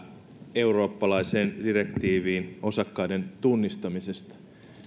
eurooppalaiseen direktiiviin osakkaiden tunnistamisesta